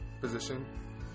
position